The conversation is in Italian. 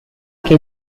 che